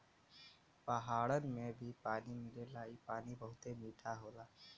पहाड़न में भी पानी मिलेला इ पानी बहुते मीठा होला